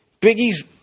Biggie's